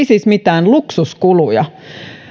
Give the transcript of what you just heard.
siis mitään luksuskuluja